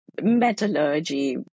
metallurgy